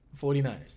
49ers